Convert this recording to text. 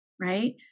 right